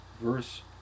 verse